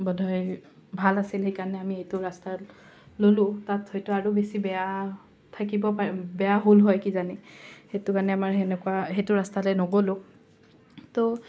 বোধহয় ভাল আছিল সেইকাৰণে আমি এইটো ৰাস্তা ল'লোঁ তাত হয়তো আৰু বেছি বেয়া থাকিব পাৰে বেয়া হ'ল হয় কিজানি সেইটো মানে আমাৰ সেনেকুৱা সেইটো ৰাস্তালে নগ'লোঁ তো